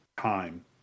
time